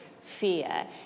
fear